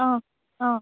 অ' অ'